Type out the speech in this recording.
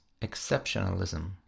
exceptionalism